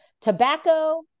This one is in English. tobacco